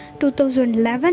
2011